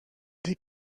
des